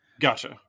Gotcha